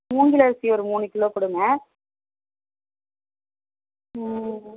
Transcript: மூங்கில் அரிசி ஒரு மூணு கிலோ கொடுங்க